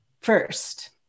first